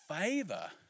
favor